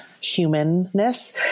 humanness